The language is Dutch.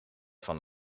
van